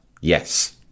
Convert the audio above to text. yes